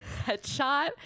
headshot